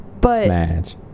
smash